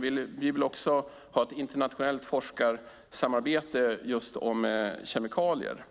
Vi vill ha ett internationellt forskarsamarbete just om kemikalier,